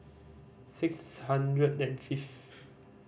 six hundred and fifth